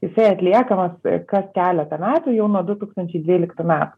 jisai atliekamas kas keletą metų jau nuo du tūkstančiai dvyliktų metų